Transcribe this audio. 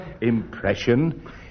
impression